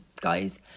guys